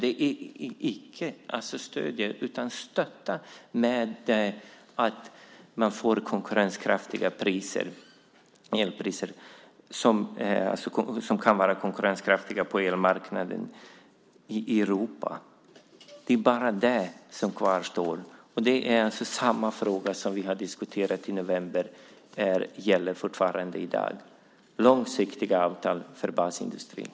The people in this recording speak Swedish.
Vi ska stötta möjligheten till konkurrenskraftiga priser på elmarknaden i Europa. Det är bara det som kvarstår. Samma fråga som vi diskuterade i november gäller fortfarande i dag. Det behövs långsiktiga avtal för basindustrin.